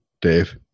Dave